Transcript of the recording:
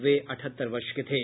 वे अठहत्तर वर्ष के थे